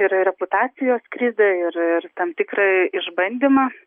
ir reputacijos krizę ir ir tam tikrą išbandymą